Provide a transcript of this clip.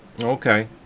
Okay